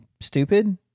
stupid